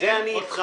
בזה אני איתך.